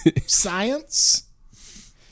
Science